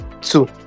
Two